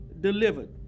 delivered